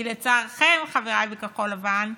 כי לצערכם, חבריי בכחול לבן,